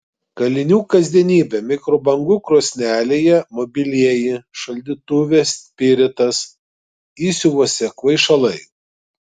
kalinių kasdienybė mikrobangų krosnelėje mobilieji šaldytuve spiritas įsiuvuose kvaišalai